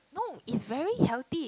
no it's very healthy